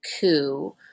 coup